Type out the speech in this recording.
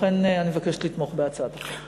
לכן אני מבקשת לתמוך בהצעת החוק.